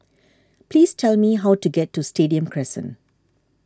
please tell me how to get to Stadium Crescent